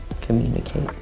communicate